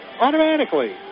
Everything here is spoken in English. automatically